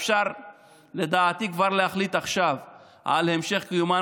אפשר לדעתי כבר להחליט עכשיו על המשך קיומה.